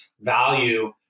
value